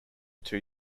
two